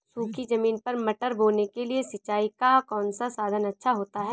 सूखी ज़मीन पर मटर बोने के लिए सिंचाई का कौन सा साधन अच्छा होता है?